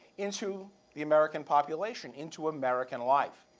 into the american population, into american life.